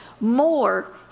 more